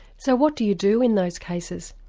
so what do you do in those cases?